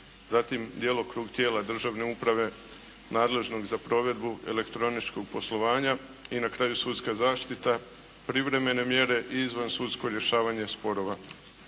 zatim djelokrug tijela državne uprave nadležnog za provedbu elektroničkog poslovanja. I na kraju sudska zaštita privremene mjere i izvansudsko rješavanje sporova